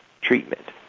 treatment